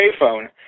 payphone